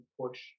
push